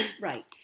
Right